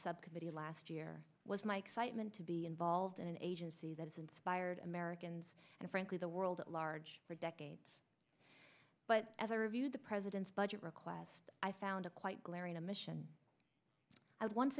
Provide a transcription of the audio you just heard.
subcommittee last year was my excitement to be involved in an agency that is inspired americans and frankly the world at large for decades but as i reviewed the president's budget request i found a quite glaring omission